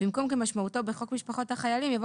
במקום "כמשמעותו בחוק משפחות החיילים" יבוא